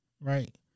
right